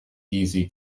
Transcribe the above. easy